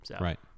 Right